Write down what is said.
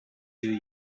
you